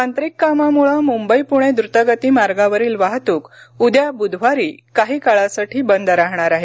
तांत्रिक कामामुळे मुंबई पुणे द्रतगती मार्गावरील वाहतूक उद्या बुधवारी काही काळासाठी बंद राहणार आहे